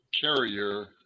carrier